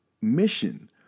mission